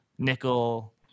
Nickel